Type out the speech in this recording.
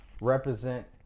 represent